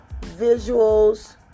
visuals